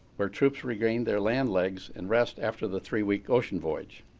where troops regained their land legs and rest after the three-week ocean voyage.